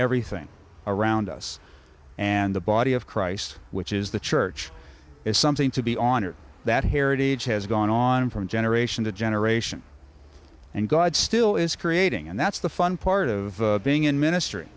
everything around us and the body of christ which is the church is something to be honored that heritage has gone on from generation to generation and god still is creating and that's the fun part of being in ministry